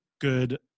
good